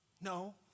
No